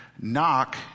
Knock